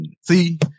See